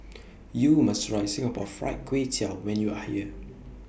YOU must Try Singapore Fried Kway Tiao when YOU Are here